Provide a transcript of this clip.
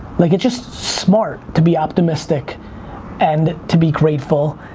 like it's just smart to be optimistic and to be grateful,